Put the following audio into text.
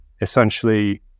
essentially